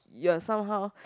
you are somehow